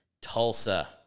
Tulsa